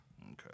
Okay